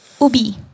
Ubi